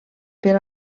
però